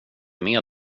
med